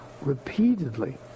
repeatedly